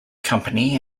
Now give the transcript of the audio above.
company